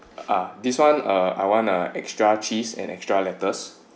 ah this one uh I wanna extra cheese and extra lettuces